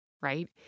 right